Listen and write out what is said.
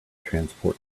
transport